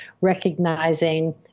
recognizing